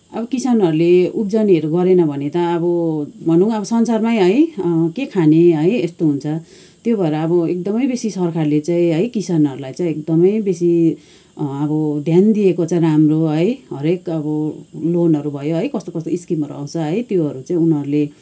अब किसानहरूले उब्जनीहरू गरेन भने त अब भनौँ अब संसारमै है के खाने है यस्तो हुन्छ त्यो भएर अब एकदमै बेसी सरकारले चाहिँ है किसानहरूलाई चाहिँ एकदमै बेसी अब ध्यान दिएको चाहिँ राम्रो है हरेक अब लोनहरू भयो है कस्तो कस्तो स्किमहरू आउँछ है त्योहरू चाहिँ उनीहरूले